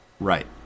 Right